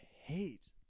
hate